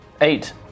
Eight